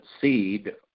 seed